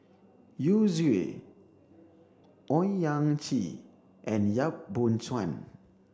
Yu Zhuye Owyang Chi and Yap Boon Chuan